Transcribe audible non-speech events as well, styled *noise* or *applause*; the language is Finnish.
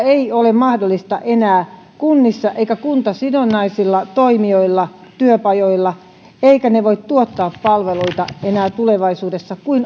*unintelligible* ei ole mahdollista enää kunnissa eikä kuntasidonnaisilla toimijoilla työpajoilla eivätkä ne voi tuottaa palveluita enää tulevaisuudessa kuin